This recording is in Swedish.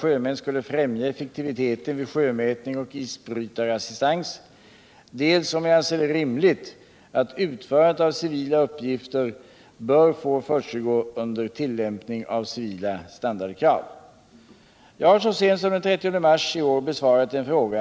är flera av de fartyg som ingår i isbrytaroch sjömätningsflottan f. n. inte anpassade till civil standard.” Det torde dock vara ostridigt att ifrågavarande fartygs besättningar har uppdrag att utföra en civil arbetsprestation som uppfyller civila krav. Jag fick inget svar på mina vid debatten den 30 mars ställda frågor.